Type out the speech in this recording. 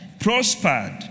prospered